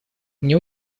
мне